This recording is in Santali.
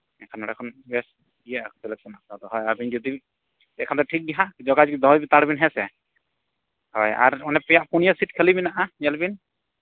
ᱮᱱᱠᱷᱟᱱ ᱱᱚᱸᱰᱮ ᱠᱷᱚᱱ ᱵᱮᱥ ᱤᱭᱟᱹ ᱦᱟᱸᱜ ᱯᱨᱤᱯᱟᱨᱮᱥᱱ ᱦᱟᱛᱟᱣ ᱫᱟ ᱦᱳᱭ ᱟᱹᱵᱤᱱ ᱡᱩᱫᱤ ᱤᱱᱟᱹᱠᱷᱟᱱ ᱫᱚ ᱴᱷᱤᱠ ᱜᱮ ᱦᱟᱸᱜ ᱡᱚᱜᱟᱡᱳᱜᱽ ᱫᱚᱦᱚᱭ ᱵᱮᱱ ᱦᱮᱸᱥᱮ ᱦᱳᱭ ᱟᱨ ᱚᱱᱮ ᱯᱮᱭᱟ ᱯᱩᱱᱭᱟᱹ ᱥᱤᱴ ᱠᱷᱟᱹᱞᱤ ᱢᱮᱱᱟᱜᱼᱟ ᱧᱮᱞ ᱵᱤᱱ